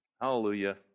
Hallelujah